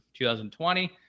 2020